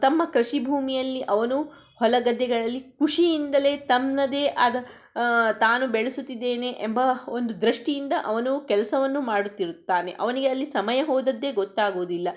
ತಮ್ಮ ಕೃಷಿ ಭೂಮಿಯಲ್ಲಿ ಅವನು ಹೊಲ ಗದ್ದೆಗಳಲ್ಲಿ ಖುಷಿಯಿಂದಲೇ ತನ್ನದೇ ಆದ ತಾನು ಬೆಳೆಸುತ್ತಿದ್ದೇನೆ ಎಂಬ ಒಂದು ದೃಷ್ಟಿಯಿಂದ ಅವನು ಕೆಲಸವನ್ನು ಮಾಡುತ್ತಿರುತ್ತಾನೆ ಅವನಿಗೆ ಅಲ್ಲಿ ಸಮಯ ಹೋದದ್ದೇ ಗೊತ್ತಾಗೋದಿಲ್ಲ